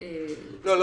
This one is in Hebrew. לא,